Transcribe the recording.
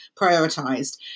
prioritised